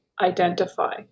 identify